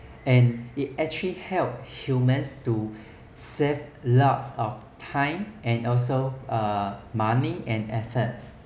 and it actually help humans to save lots of time and also uh money and ef~